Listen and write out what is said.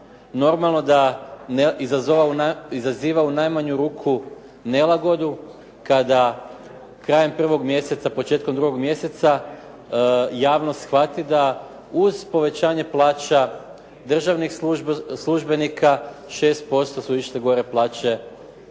normalno da izaziva u najmanju ruku nelagodu kada krajem 1. mjeseca, početkom 2. mjeseca javnost shvati da uz povećanje plaća državnih službenika 6% su išle gore plaće